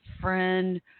friend